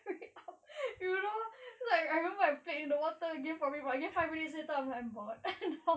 you know I feel like I remember I played in the water again but five minutes later I'm bored